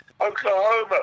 Oklahoma